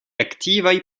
aktivaj